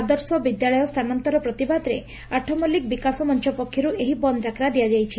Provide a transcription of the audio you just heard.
ଆଦର୍ଶ ବିଦ୍ୟାଳୟ ସ୍ରାନାନ୍ତର ପ୍ରତିବାଦରେ ଆଠମଲ୍କିକ ବିକାଶ ମଞ ପକ୍ଷରୁ ଏହି ବନ୍ଦ ଡାକରା ଦିଆଯାଇଛି